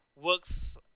works